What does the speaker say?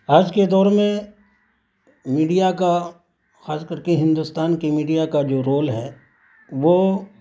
آج کے دور میں میڈیا کا خاص کر کے ہندوستان کی میڈیا کا جو رول ہے وہ